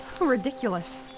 Ridiculous